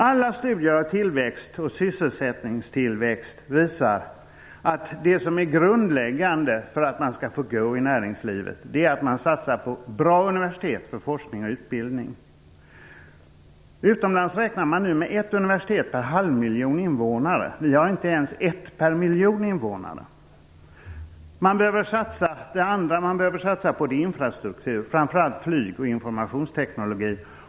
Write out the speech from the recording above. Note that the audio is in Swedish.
Alla studier av tillväxt och sysselsättningstillväxt visar att det som är grundläggande för att man skall få "go" i näringslivet är att man satsar på bra universitet för forskning och utbildning. Utomlands räknar man nu med ett universitet per halvmiljon invånare. Vi har inte ens ett per miljon invånare. Vi måste också satsa på infrastruktur, framför allt flyg och informationsteknologi.